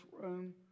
room